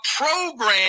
program